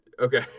Okay